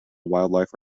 wildlife